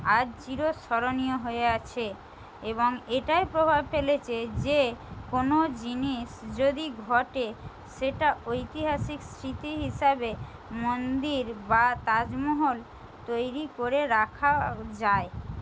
আজ চিরস্মরণীয় হয়ে আছে এবং এটাই প্রভাব ফেলেছে যে কোনো জিনিস যদি ঘটে সেটা ঐতিহাসিক স্মৃতি হিসাবে মন্দির বা তাজমহল তৈরি করে রাখা যায়